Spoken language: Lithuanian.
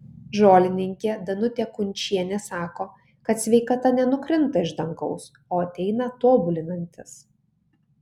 žolininkė danutė kunčienė sako kad sveikata nenukrinta iš dangaus o ateina tobulinantis